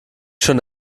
schon